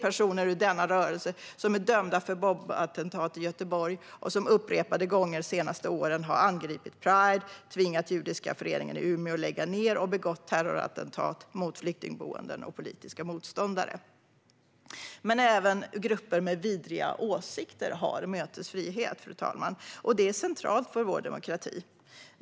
Personer ur denna rörelse är dömda för bombattentat i Göteborg och har upprepade gånger de senaste åren angripit Pride, har tvingat judiska föreningen i Umeå att lägga ned och har begått terrorattentat mot flyktingboenden och politiska motståndare. Även grupper med vidriga åsikter har dock mötesfrihet, fru talman. Och det är centralt för vår demokrati.